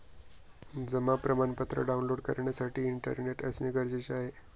जमा प्रमाणपत्र डाऊनलोड करण्यासाठी इंटरनेट असणे गरजेचे आहे